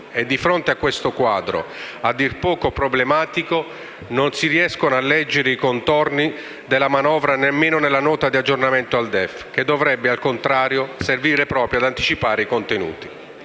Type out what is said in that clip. E di fronte a questo quadro a dir poco problematico non si riescono a leggere i contorni della manovra nemmeno nella Nota di aggiornamento al DEF, che dovrebbe, al contrario, servire proprio ad anticiparne i contenuti;